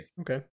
Okay